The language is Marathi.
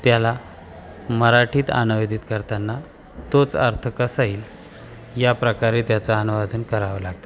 त्याला मराठीत अनुवादित करताना तोच अर्थ कसा येईल याप्रकारे त्याचं अनुवादन करावं लागतं